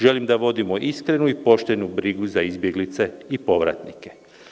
Želim da vodimo iskrenu i poštenu brigu za izbjeglice i povratnike.